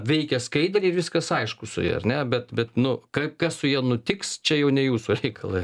veikia skaidriai viskas aišku su ja ar ne bet bet nu ka kas su ja nutiks čia jau ne jūsų reikalai